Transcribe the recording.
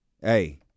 Hey